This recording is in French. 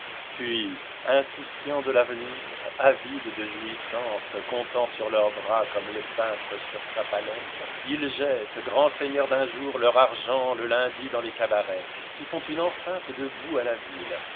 puis insouciants de l'avenir avides de jouissances comptant sur leurs bras comme le peintre sur la palette ils jettent grands seigneurs d'un jour leur argent le lundi dans les cabarets qui font une enceinte de boue à la ville